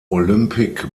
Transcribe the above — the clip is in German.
olympic